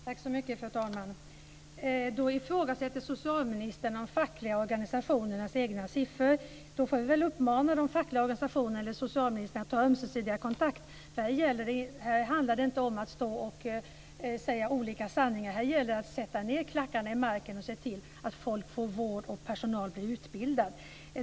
Fru talman! Då ifrågasätter socialministern de fackliga organisationernas egna siffror. Vi får väl uppmana de fackliga organisationerna och socialministern att ta ömsesidig kontakt. Här handlar det inte om att säga olika sanningar. Här gäller det att sätta ned klackarna i marken och se till att folk får vård och att personal blir utbildad.